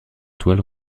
toile